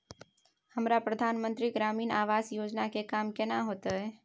हमरा प्रधानमंत्री ग्रामीण आवास योजना के काम केना होतय?